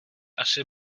asi